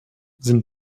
sind